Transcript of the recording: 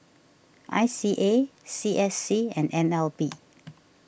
I C A C S C and N L B